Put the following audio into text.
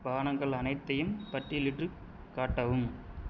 பானங்கள் அனைத்தையும் பட்டியலிட்டுக் காட்டவும்